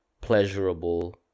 pleasurable